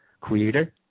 creator